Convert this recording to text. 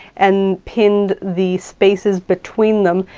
and pinned the spaces between them,